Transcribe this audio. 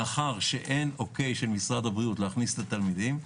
מאחר שאין אוקיי של משרד הבריאות להכניס את התלמידים,